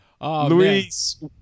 Luis